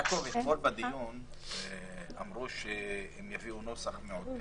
גבי, אתמול בדיון אמרו שיביאו נוסח מעודכן